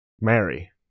Mary